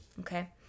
Okay